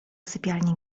sypialni